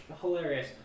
Hilarious